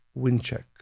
Wincheck